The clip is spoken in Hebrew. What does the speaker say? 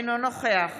אינו נוכח